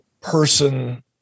person